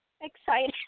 Excited